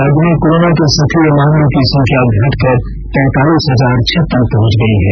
राज्य में कोरोना के सक्रिय मामलों की संख्या घटकर पैतालीस हजार छप्पन पहंच गई है